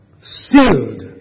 Sealed